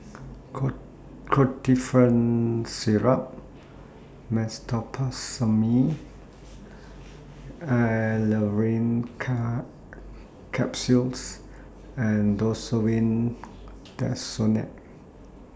Ketotifen Syrup Meteospasmyl Alverine Capsules and Desowen Desonide